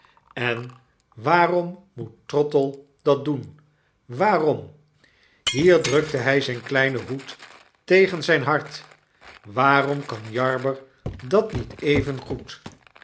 en waarom moet trottle dat doen waarom hier drukte hy zijn kleinen hoed tegen zyn hart waarom kan jarber dat niet